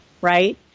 right